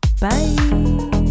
bye